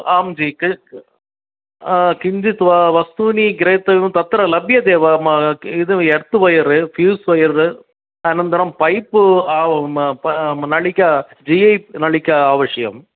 आं जि कि किञ्चित् व वस्तूनि क्रेतव्यं तत्र लभ्यते वा मा इद यर्त् वैर् फ़्यूस् वैर् अनन्तरं पैप् नलिका जि ऐ नलिका आवश्यं